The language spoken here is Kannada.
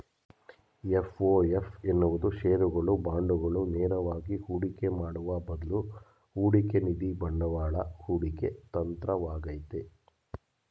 ಎಫ್.ಒ.ಎಫ್ ಎನ್ನುವುದು ಶೇರುಗಳು, ಬಾಂಡುಗಳು ನೇರವಾಗಿ ಹೂಡಿಕೆ ಮಾಡುವ ಬದ್ಲು ಹೂಡಿಕೆನಿಧಿ ಬಂಡವಾಳ ಹೂಡಿಕೆ ತಂತ್ರವಾಗೈತೆ